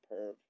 perv